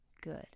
good